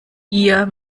ihr